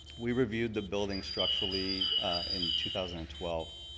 we reviewed the building structurally in two thousand and twelve,